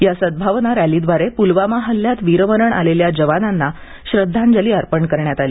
या सद्धावना रॅलीद्वारे प्लवामा हल्ल्यात वीरमरण आलेल्या जवानांना श्रद्धांजली अर्पण करण्यात आली